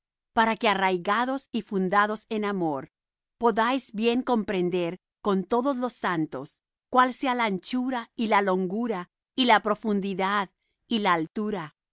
para que arraigados y fundados en amor podáis bien comprender con todos los santos cuál sea la anchura y la longura y la profundidad y la altura